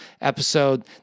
episode